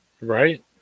Right